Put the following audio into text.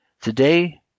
Today